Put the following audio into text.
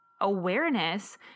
awareness